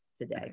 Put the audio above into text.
today